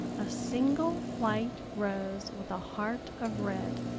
a single white rose with a heart of red.